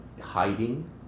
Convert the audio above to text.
hiding